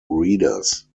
readers